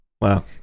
Wow